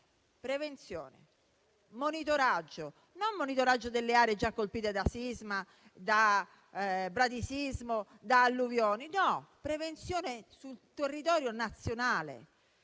prevenzione e monitoraggio. E parlo non di monitoraggio delle aree già colpite da sisma, da bradisismo e da alluvioni, ma di prevenzione sul territorio nazionale.